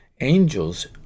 Angels